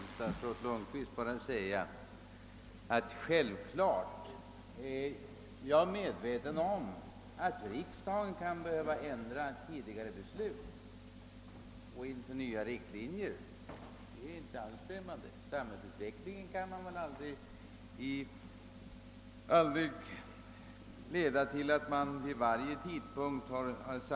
Herr talman! Jag vill till statsrådet Lundkvist säga att jag självfallet är medveten om att riksdagen kan behöva ändra ett tidigare beslut och införa nya riktlinjer. Det är jag inte alls främmande för.